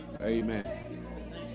Amen